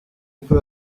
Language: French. peut